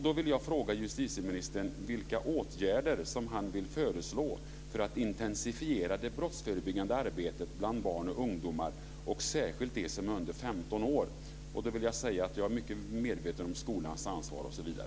Då vill jag fråga justitieministern vilka åtgärder han vill föreslå för att intensifiera det brottsförebyggande arbetet bland barn och ungdomar och särskilt dem som är under 15 år. Då vill jag säga att jag är mycket medveten om skolans ansvar.